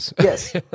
Yes